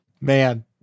Man